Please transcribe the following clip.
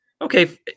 okay